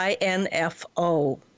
.info